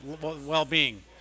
well-being